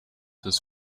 his